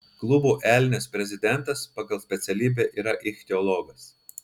klubo elnias prezidentas pagal specialybę yra ichtiologas